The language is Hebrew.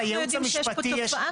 אבל איך אנחנו יודעים שיש פה תופעה כזאת?